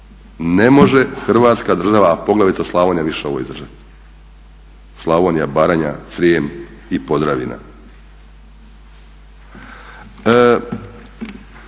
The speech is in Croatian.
Ne može Hrvatska država a poglavito Slavonija više ovo izdržati. Slavonija, Baranja, Srijem i Podravina.